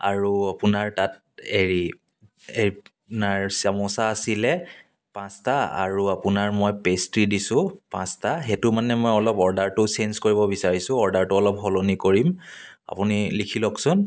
আৰু আপোনাৰ তাত হেৰি এই আপোনাৰ চামোচা আছিলে পাঁচটা আৰু আপোনাৰ মই পেষ্ট্ৰি দিছোঁ পাঁচটা সেইটো মানে মই অলপ অৰ্ডাৰটো চেঞ্জ কৰিব বিচাৰিছোঁ অৰ্ডাৰটো অলপ সলনি কৰিম আপুনি লিখি লওকচোন